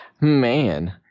Man